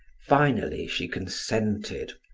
finally she consented.